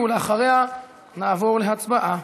אחריה נעבור להצבעה.